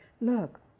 Look